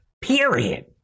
Period